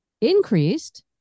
increased